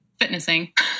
fitnessing